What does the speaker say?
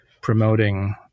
promoting